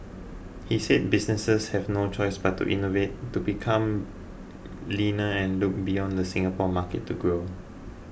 he said businesses have no choice but to innovate to become leaner and look beyond the Singapore market to grow